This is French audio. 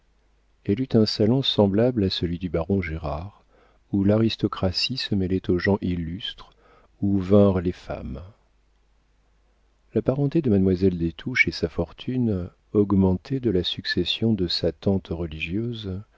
elle eut un salon semblable à celui du baron gérard où l'aristocratie se mêlait aux gens illustres où vinrent les femmes la parenté de mademoiselle des touches et sa fortune augmentée de la succession de sa tante religieuse